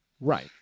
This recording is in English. Right